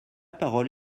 parole